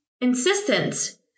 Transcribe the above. insistence